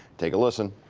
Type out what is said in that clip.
take a listen.